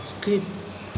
skip